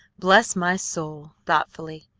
bless my soul! thoughtfully.